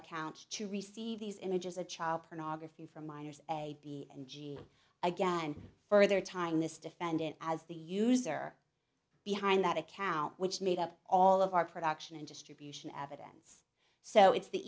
account to receive these images of child pornography for minors a b and g again for their time this defendant as the user behind that account which made up all of our production and distribution evidence so it's the